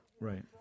Right